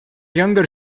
younger